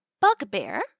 bugbear